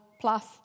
plus